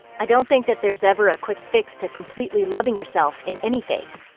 i don't think that there's ever a quick fix to completely loving yourself in any phase.